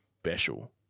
special